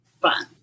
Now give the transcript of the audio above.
fun